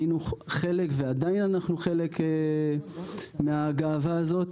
היינו חלק ועדיין אנחנו חלק מהגאווה הזו.